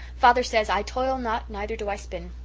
father says i toil not neither do i spin.